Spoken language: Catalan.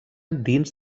dins